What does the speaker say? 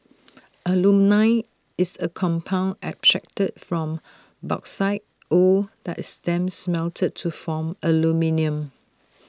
alumina is A compound extracted from bauxite ore that is then smelted to form aluminium